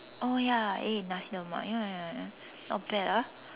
oh ya eh nasi lemak ya ya ya not bad ah